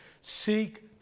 seek